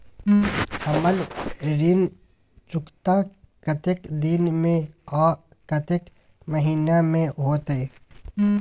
हमर ऋण चुकता कतेक दिन में आ कतेक महीना में होतै?